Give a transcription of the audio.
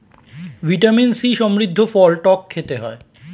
vitamin C সমৃদ্ধ ফল টক খেতে হয়